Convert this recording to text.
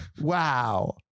Wow